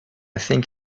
think